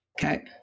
Okay